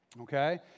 okay